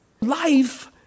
life